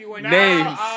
names